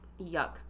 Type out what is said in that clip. Yuck